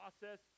process